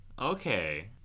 okay